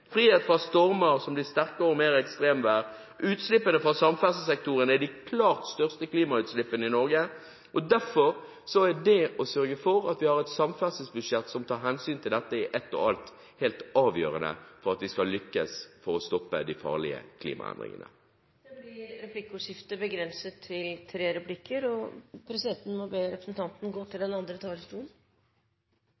frihet – frihet fra stormer, som blir sterkere, og mer ekstremvær. Utslippene fra samferdselssektoren er de klart største klimautslippene i Norge, og derfor er det å sørge for at vi har et samferdselsbudsjett som tar hensyn til dette i ett og alt, helt avgjørende for at vi skal lykkes i å stoppe de farlige klimaendringene. Det blir replikkordskifte.